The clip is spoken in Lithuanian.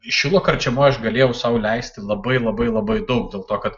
šilo karčemoj aš galėjau sau leisti labai labai labai daug dėl to kad